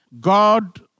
God